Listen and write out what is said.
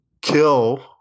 kill